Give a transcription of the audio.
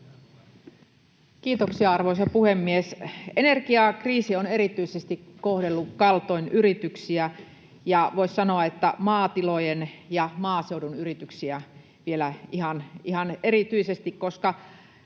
Kiitoksia, arvoisa puhemies! Energiakriisi on erityisesti kohdellut kaltoin yrityksiä, ja voisi sanoa, että maatilojen ja maaseudun yrityksiä vielä ihan erityisesti, koska